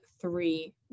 three